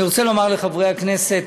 אני רוצה לומר לחברי הכנסת,